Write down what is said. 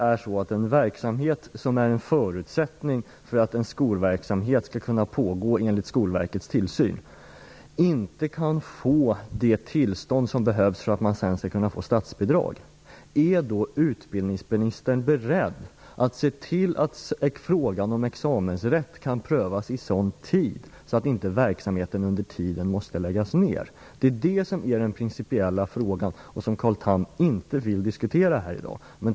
Om en verksamhet som är en förutsättning för att en skolverksamhet skall kunna pågå under Skolverkets tillsyn inte kan få det tillstånd som behövs för att man sedan skall kunna få statsbidrag, är då utbildningsministern beredd att se till att frågan om examensrätt kan prövas i så god tid att verksamheten inte under tiden måste läggas ner? Det är den principiella frågan, och den vill Carl Tham inte diskutera här i dag.